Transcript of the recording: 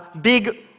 big